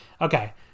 okay